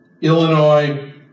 Illinois